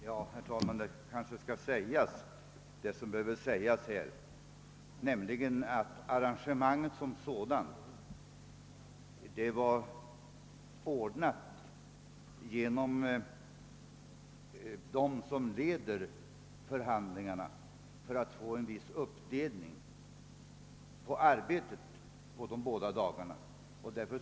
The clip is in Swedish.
Herr talman! Jag skall kanske här säga vad som behöver sägas, nämligen att arrangemanget som sådant var ordnat av dem som leder förhandlingarna i kammaren för att få en viss uppdelning av arbetet på de båda dagar som här nämnts.